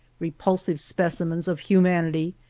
repulsive specimens of human ity,